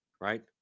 right